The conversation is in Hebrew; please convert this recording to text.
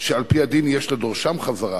שעל-פי הדין יש לדורשם חזרה,